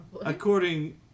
According